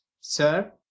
sir